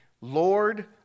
Lord